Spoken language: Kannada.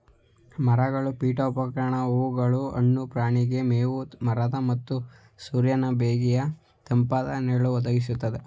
ಮರಗಳು ಪೀಠೋಪಕರಣ ಹೂಗಳು ಹಣ್ಣು ಪ್ರಾಣಿಗಳಿಗೆ ಮೇವು ಮರದ ಮತ್ತು ಸೂರ್ಯನ ಬೇಗೆಯ ತಂಪಾದ ನೆರಳು ಒದಗಿಸ್ತದೆ